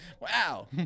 Wow